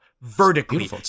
vertically